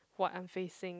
what I'm facing